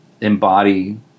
embody